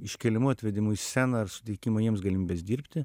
iškėlimu atvedimu į sceną ir suteikimą jiems galimybės dirbti